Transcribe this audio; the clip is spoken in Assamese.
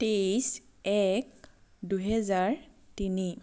তেইছ এক দুহেজাৰ তিনি